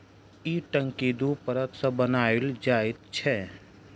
ई टंकी दू परत सॅ बनाओल जाइत छै